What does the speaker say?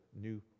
new